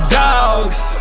dogs